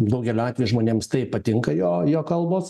daugeliu atvejų žmonėms tai patinka jo jo kalbos